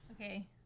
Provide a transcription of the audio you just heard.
Okay